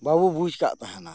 ᱵᱟᱵᱚ ᱵᱩᱡᱽ ᱟᱠᱟᱫ ᱛᱟᱦᱮᱱᱟ